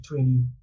20